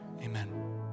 amen